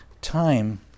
time